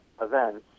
events